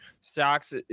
stocks